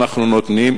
אנחנו נותנים,